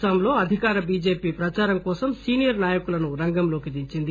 అస్పాంలో అధికార బిజెపి ప్రదారం కోసం సీనియర్ నాయకులను రంగంలోకి దించింది